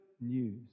news